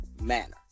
manner